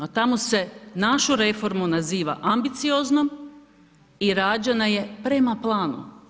A tamo se našu reformu naziva ambicioznom i rađena je prema planu.